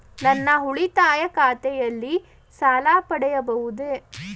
ನನ್ನ ಉಳಿತಾಯ ಖಾತೆಯಲ್ಲಿ ಸಾಲ ಪಡೆಯಬಹುದೇ?